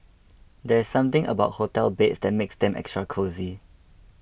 there's something about hotel beds that makes them extra cosy